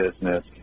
business